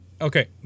okay